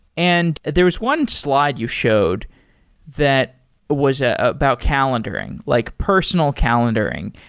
and there was one slide you showed that was ah about calendaring, like personal calendaring.